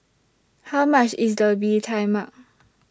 How much IS The Bee Tai Mak